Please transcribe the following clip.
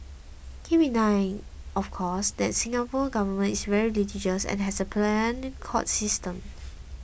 keep in mind of course that the Singapore Government is very litigious and has a pliant court system